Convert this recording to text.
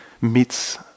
meets